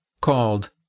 called